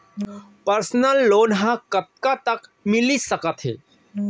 Personal loan ह कतका तक मिलिस सकथे?